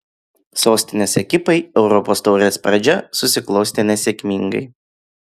sostinės ekipai europos taurės pradžia susiklostė nesėkmingai